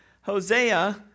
Hosea